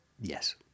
Yes